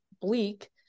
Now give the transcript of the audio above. bleak